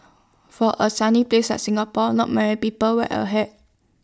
for A sunny place like Singapore not many people wear A hat